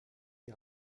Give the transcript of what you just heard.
die